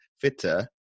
fitter